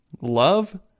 Love